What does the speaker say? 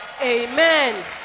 Amen